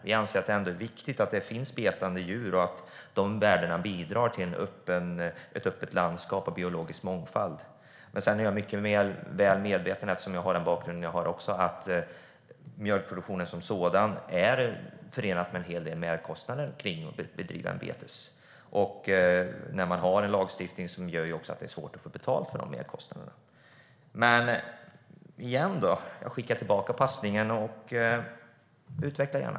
Vi anser att det är viktigt att det finns betande djur. De värdena bidrar till ett öppet landskap och till biologisk mångfald. Eftersom jag har den bakgrund jag har är jag väl medveten om att mjölkproduktionen som sådan är förenad med en hel del merkostnader. Den lagstiftning vi har gör att det blir svårt att få betalt för dessa merkostnader. Jag skickar tillbaka frågan. Utveckla den gärna.